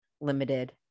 limited